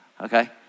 Okay